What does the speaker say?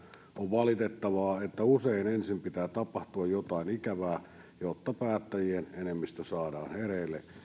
on valitettavaa että usein ensin pitää tapahtua jotain ikävää jotta päättäjien enemmistö saadaan hereille